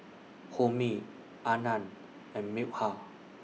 Homi Anand and Milkha